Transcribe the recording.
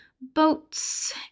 boats